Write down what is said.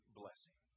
blessing